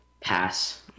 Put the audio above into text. pass